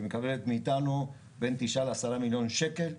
שמקבלות מאתנו בין תשעה לעשרה מיליון שקל,